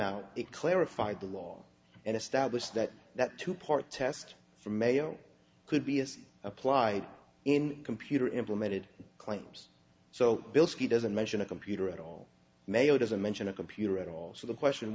out it clarified the law and established that that two part test for male could be as applied in computer implemented claims so bilski doesn't mention a computer at all mayo doesn't mention a computer at all so the question